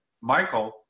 Michael